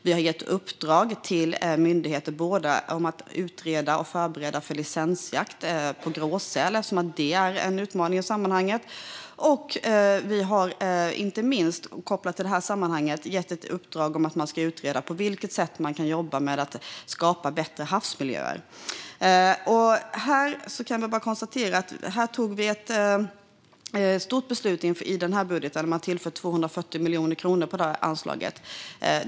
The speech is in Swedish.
Vi har gett i uppdrag till myndigheter att utreda och förbereda för licensjakt på gråsäl, eftersom det är en utmaning i sammanhanget. Vi har inte minst gett i uppdrag att utreda på vilket sätt man kan jobba med att skapa bättre havsmiljöer. I den här budgeten tog vi ett stort beslut om att tillföra 240 miljoner kronor till det anslaget.